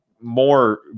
more